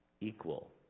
equal